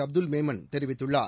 அப்துல் மேமன் தெரிவித்துள்ளார்